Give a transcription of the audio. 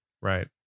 Right